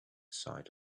side